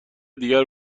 دیگر